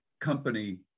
company